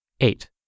Eight